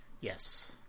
Yes